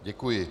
Děkuji.